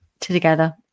together